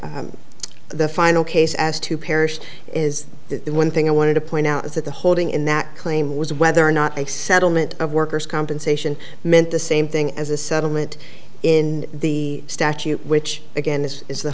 the final case as to perish is that the one thing i wanted to point out is that the holding in that claim was whether or not a settlement of workers compensation meant the same thing as a settlement in the statute which again this is the